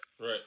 Right